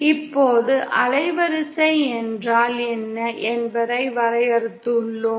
இப்போது அலைவரிசை என்றால் என்ன என்பதை வரையறுத்துள்ளோம்